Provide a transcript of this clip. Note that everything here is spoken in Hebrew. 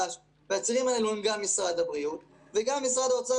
והצירים האלה הם גם משרד הבריאות וגם משרד האוצר,